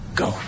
go